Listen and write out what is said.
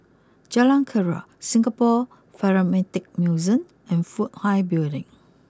Jalan Keria Singapore Museum and Fook Hai Building